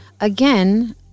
again